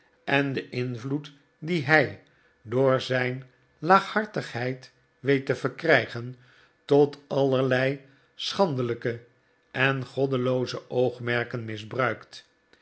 en den invloed dien hij door maarten chuzzlewit zijn laaghartigheid weet te verkrijgen tot allerlei schandelijke en goddelooze oogmerken misbruikt